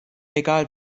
egal